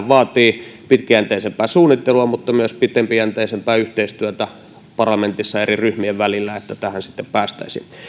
vaatii pitkäjänteisempää suunnittelua mutta myös pitkäjänteisempää yhteistyötä parlamentissa eri ryhmien välillä että tähän sitten päästäisiin